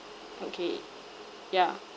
okay ya